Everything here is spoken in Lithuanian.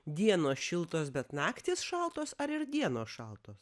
dienos šiltos bet naktys šaltos ar ir dienos šaltos